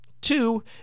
Two